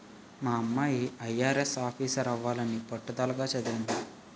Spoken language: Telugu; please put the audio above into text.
మా అమ్మాయి ఐ.ఆర్.ఎస్ ఆఫీసరవ్వాలని పట్టుదలగా చదవతంది